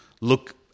look